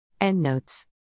Endnotes